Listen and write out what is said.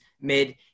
mid –